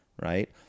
Right